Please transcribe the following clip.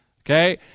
okay